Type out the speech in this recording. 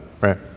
right